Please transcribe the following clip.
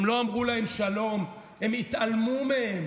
הם לא אמרו להם שלום, הם התעלמו מהם